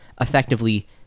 effectively